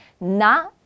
na